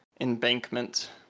embankment